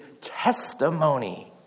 testimony